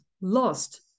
lost